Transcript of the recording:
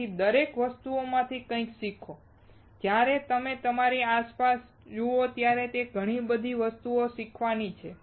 તેથી દરેક વસ્તુમાંથી કંઈક શીખો જ્યારે તમે તમારી આસપાસ જુઓ ત્યારે ઘણી બધી વસ્તુઓ શીખવાની છે